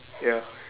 ya